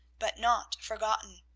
but not forgotten.